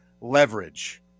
leverage